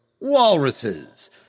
Walruses